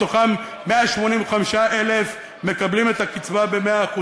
מתוכם 185,000 מקבלים את הקצבה ב-100%